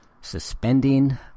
suspending